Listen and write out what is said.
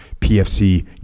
PFC